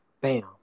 bam